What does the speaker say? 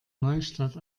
neustadt